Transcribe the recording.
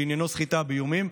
שעניינו סחיטה באיומים,